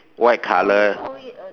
white color